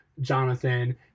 Jonathan